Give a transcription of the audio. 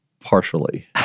Partially